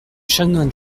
chanoine